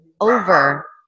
over